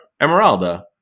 Emeralda